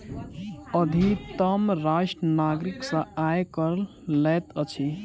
अधितम राष्ट्र नागरिक सॅ आय कर लैत अछि